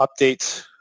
updates